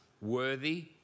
worthy